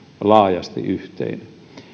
laajasti yhteinen